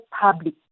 public